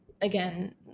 again